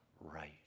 right